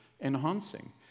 enhancing